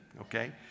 Okay